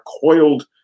coiled